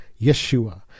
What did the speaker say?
Yeshua